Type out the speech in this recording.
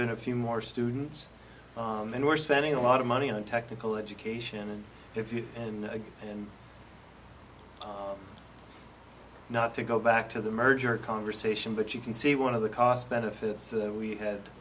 been a few more students and we're spending a lot of money on technical education and if you and again and not to go back to the merger conversation but you can see one of the cost benefits that we had